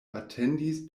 atendis